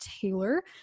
Taylor